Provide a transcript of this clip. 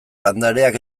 landareak